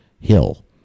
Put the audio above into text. Hill